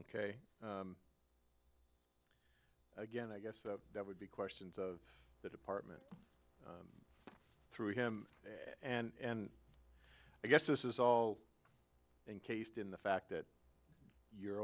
ok again i guess that would be questions of the department through him and i guess this is all encased in the fact that you're